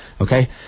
Okay